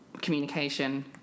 communication